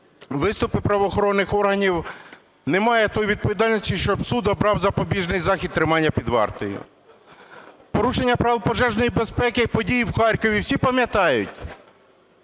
виступі правоохоронних органів немає тої відповідальності, щоб суд обрав запобіжний захист – тримання під вартою. Порушення прав пожежної безпеки і події в Харкові всі пам'ятають?